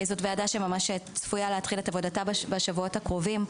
זאת ועדה שצפויה להתחיל את עבודתה בשבועות הקרובים,